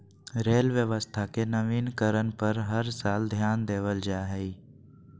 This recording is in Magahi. रेल व्यवस्था के नवीनीकरण पर हर साल ध्यान देवल जा हइ